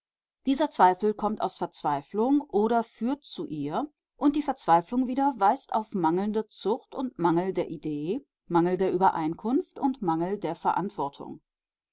dieser zweifel kommt aus verzweiflung oder führt zu ihr und die verzweiflung wieder weist auf mangelnde zucht und mangel der idee mangel der übereinkunft und mangel der verantwortung